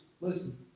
listen